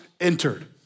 entered